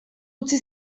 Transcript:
utzi